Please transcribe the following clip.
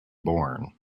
born